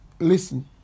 Listen